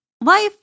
life